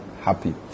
happy